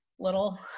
Little